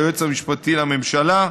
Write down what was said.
ליועץ המשפטי לממשלה.